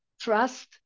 trust